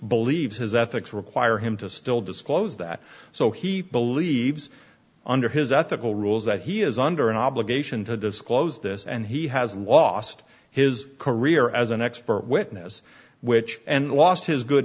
believes his ethics require him to still disclose that so he believes under his ethical rules that he is under an obligation to disclose this and he has lost his career as an expert witness which and lost his good